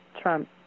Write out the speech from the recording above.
Trump